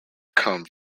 come